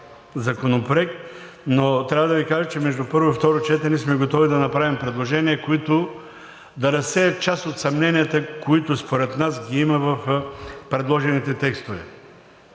но трябва да Ви кажа, че между първо и второ четене сме готови да направим предложения, които да разсеят част от съмненията, които според нас ги има в предложените текстове.